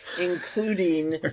including